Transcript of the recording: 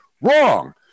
Wrong